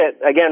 again